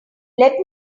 let